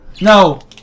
No